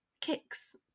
Kicks